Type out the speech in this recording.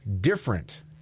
different